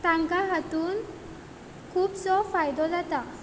तांकां हातूंत खुबसो फायदो जाता